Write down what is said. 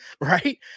right